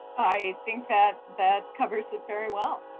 i think that that covers it very well.